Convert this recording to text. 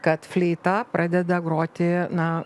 kad fleita pradeda groti na